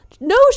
No